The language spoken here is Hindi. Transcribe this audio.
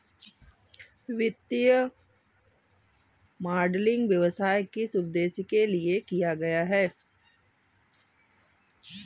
वित्तीय मॉडलिंग व्यवसाय किस उद्देश्य के लिए डिज़ाइन किया गया है?